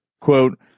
quote